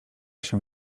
się